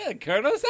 Colonel